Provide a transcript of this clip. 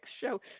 show